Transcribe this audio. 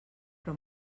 però